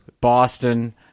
Boston